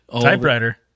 Typewriter